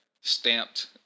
stamped